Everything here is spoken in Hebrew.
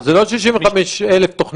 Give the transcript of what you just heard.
אבל זה לא 65,000 תוכניות.